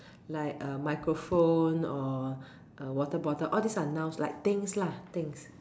like a microphone or a water bottle all these are nouns like things lah things